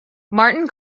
martin